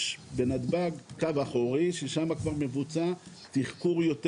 יש בנתב"ג לקו אחורי ששם מבוצע תחקור יותר